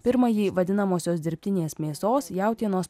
pirmąjį vadinamosios dirbtinės mėsos jautienos